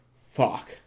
fuck